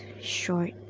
short